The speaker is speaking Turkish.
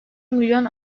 milyon